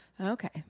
Okay